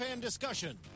discussion